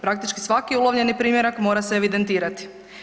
Praktički svaki ulovljeni primjerak mora se evidentirati.